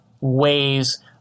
ways